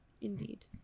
indeed